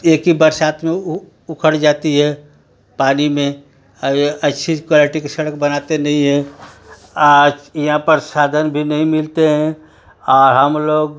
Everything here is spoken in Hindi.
एक ही बरसात में ओ उखड़ जाती है पानी में यह अच्छी कुआल्टी कि सड़क बनाते नहीं हैं यहाँ पर साधन भी नहीं मिलते हैं और हम लोग